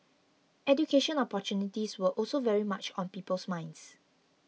education opportunities were also very much on people's minds